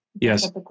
Yes